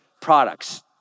products